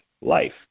life